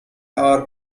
are